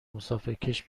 مسافرکش